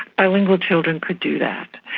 bilingual children could do that,